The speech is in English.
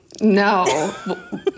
no